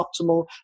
optimal